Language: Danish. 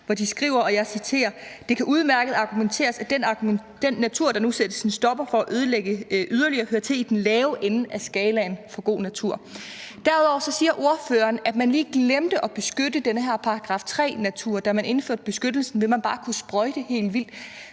høringssvar – jeg citerer: »Det kan udmærket argumenteres, at den natur, som der nu sættes en stopper for at ødelægge yderligere, hører til i den lavere ende af skalaen for god natur.« Derudover siger ordføreren, at da det lige blev glemt at beskytte den her § 3-natur, da man indførte beskyttelsen, vil man bare kunne sprøjte helt vildt,